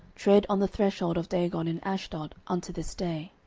tread on the threshold of dagon in ashdod unto this day.